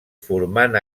formant